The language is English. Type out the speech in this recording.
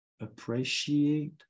appreciate